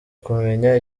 kumenya